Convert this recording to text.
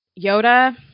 Yoda